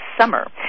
summer